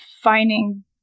finding